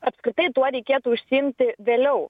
apskritai tuo reikėtų užsiimti vėliau